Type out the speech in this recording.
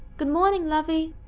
good morning, lovie!